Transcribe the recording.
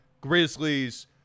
Grizzlies